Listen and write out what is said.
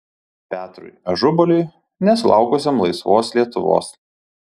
petrui ažubaliui nesulaukusiam laisvos lietuvos